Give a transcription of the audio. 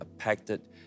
affected